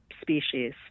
species